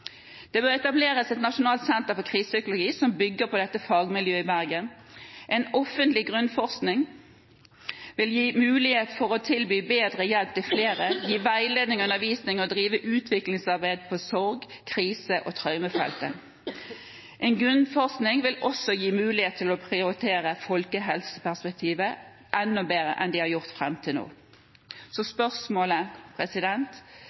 Det bør etableres et nasjonalt senter for krisepsykologi som bygger på dette fagmiljøet i Bergen. En offentlig grunnforskning vil gi mulighet for å tilby bedre hjelp til flere, veiledning, undervisning og å drive utviklingsarbeid på sorg-, krise- og traumefeltet. En grunnforskning vil også gi mulighet til å prioritere folkehelseperspektivet enda bedre enn de har gjort fram til nå. Spørsmålet